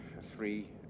three